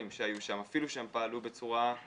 אצל רינו צרור ומשתמש במילים כמו 'נרטבו',